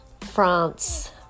France